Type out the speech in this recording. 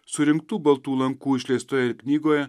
surinktų baltų lankų išleistoje knygoje